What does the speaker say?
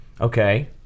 Okay